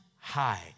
high